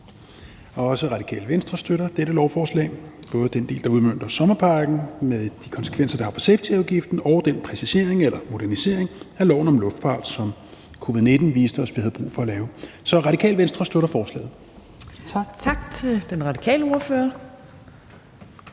Radikale Venstre støtter dette lovforslag, både den del, der udmønter sommerpakken med de konsekvenser, det har for safetyafgiften, og den præcisering eller modernisering af loven om luftfart, som covid-19 viste os at vi havde brug for at lave. Så Radikale Venstre støtter forslaget. Tak. Kl. 15:31 Tredje